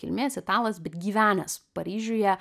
kilmės italas bet gyvenęs paryžiuje